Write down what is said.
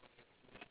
yes correct